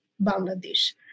Bangladesh